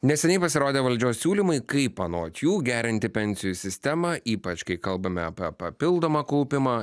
neseniai pasirodė valdžios siūlymai kaip anot jų gerinti pensijų sistemą ypač kai kalbame apie papildomą kaupimą